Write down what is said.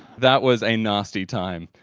that was a nasty time.